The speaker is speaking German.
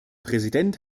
präsident